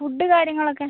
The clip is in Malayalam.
ഫുഡ് കാര്യങ്ങളൊക്കെ